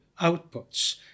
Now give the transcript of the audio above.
outputs